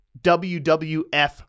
WWF